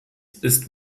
ist